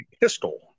pistol